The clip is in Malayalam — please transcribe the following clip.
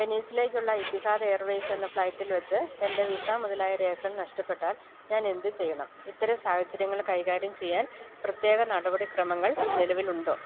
വെനീസിലേക്കുള്ള ഇത്തിഹാദ് എയർവേയ്സ് എന്ന ഫ്ലൈറ്റിൽ വെച്ച് എൻ്റെ വിസ മുതലായ രേഖകൾ നഷ്ടപ്പെട്ടാൽ ഞാനെന്ത് ചെയ്യണം ഇത്തരം സാഹചര്യങ്ങൾ കൈകാര്യം ചെയ്യാൻ പ്രത്യേക നടപടിക്രമങ്ങൾ നിലവിലുണ്ടോ